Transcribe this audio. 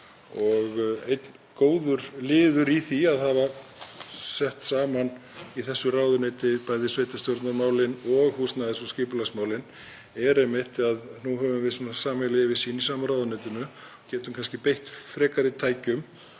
og einn góður liður í því að hafa sett saman í þessu ráðuneyti bæði sveitarstjórnarmálin og húsnæðis- og skipulagsmálin er einmitt sá að nú höfum við sameiginlega yfirsýn í sama ráðuneytinu og getum kannski beitt frekari tækjum.